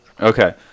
Okay